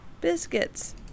Biscuits